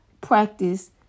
practice